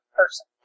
person